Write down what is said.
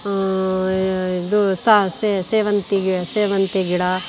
ಇದು ಸೇವಂತಿ ಸೇವಂತಿ ಗಿಡ